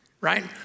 right